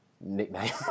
nickname